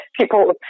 people